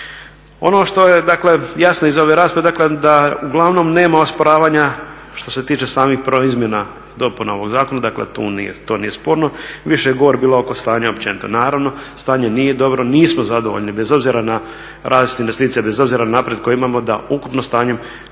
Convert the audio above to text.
Ono što je jasno iz ove rasprave, dakle da uglavnom nema osporavanja što se tiče samih izmjena i dopuna ovog zakona, dakle to nije sporno. Više je govora bilo oko stanja općenito. Naravno, stanje nije dobro, nismo zadovoljni, bez obzira na rast investicija, bez obzira na napredak koji imamo da ukupno stanjem